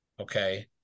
okay